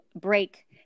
break